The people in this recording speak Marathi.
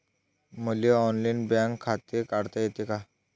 मले ऑनलाईन बँक खाते काढता येते का?